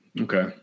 Okay